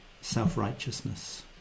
self-righteousness